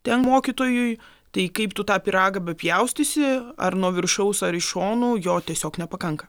ten mokytojui tai kaip tu tą pyragą bepjaustysi ar nuo viršaus ar iš šonų jo tiesiog nepakanka